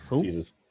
jesus